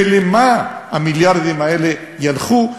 ולמה המיליארדים האלה ילכו?